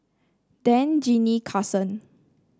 Dan Jinnie Karson